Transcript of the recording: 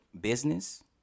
business